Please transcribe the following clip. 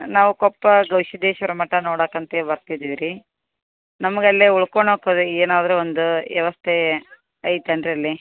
ನಾವು ಕೊಪ್ಪ ಗವಿಸಿದ್ಧೇಶ್ವರ ಮಠ ನೋಡಕಂತೆ ಬರ್ತಿದೀವಿ ರೀ ನಮ್ಗೆ ಅಲ್ಲೇ ಉಳ್ಕೋಳಕ್ಕೆ ಏನಾದರು ಒಂದು ವ್ಯವಸ್ಥೆ ಐತಾ ಏನು ರೀ ಅಲ್ಲಿ